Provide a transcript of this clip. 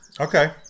Okay